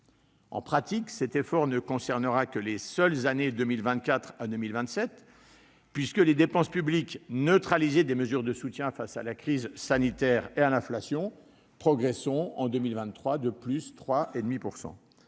En pratique, cet effort ne concernera que les seules années 2024 à 2027, puisque les dépenses publiques neutralisées des mesures de soutien face à la crise sanitaire et à l'inflation progresseront de 3,5